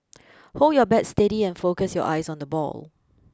hold your bat steady and focus your eyes on the ball